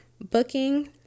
booking